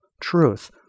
truth